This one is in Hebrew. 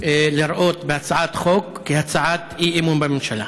לראות בהצעת החוק הצעת אי-אמון בממשלה.